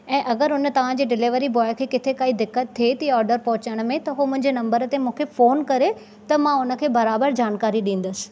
ऐं अगरि उन तव्हां जे डिलिवरी बॉय खे किथे काई दिकत थिए थी ओर्डर पहुचाइण में त हू मुंहिंजे नंबर ते मूंखे फ़ोन करे त मां हुन खे बराबर जानकारी ॾींदसि